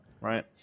right